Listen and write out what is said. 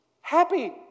happy